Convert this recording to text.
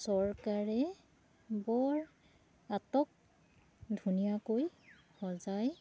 চৰকাৰে বৰ আটক ধুনীয়াকৈ সজাই